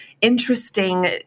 interesting